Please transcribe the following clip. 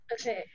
Okay